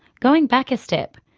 going back a step,